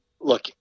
look